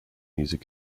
music